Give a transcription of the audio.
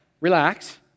Relax